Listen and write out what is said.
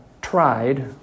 tried